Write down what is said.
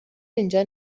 اینجا